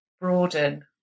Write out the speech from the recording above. broaden